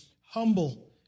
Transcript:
humble